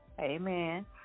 Amen